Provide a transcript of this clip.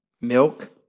milk